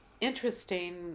interesting